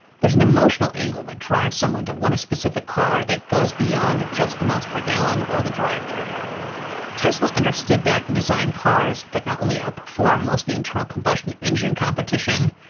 there's an emotional angle that drives someone to want a specific car that goes beyond just the mpg or the drivetrain. tesla understood that and designed cars that not only outperformed most of the internal combustion engine competition,